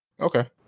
Okay